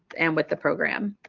and with the program.